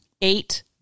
Eight